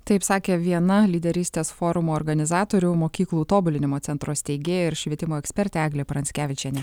taip sakė viena lyderystės forumo organizatorių mokyklų tobulinimo centro steigėja ir švietimo ekspertė eglė pranckevičienė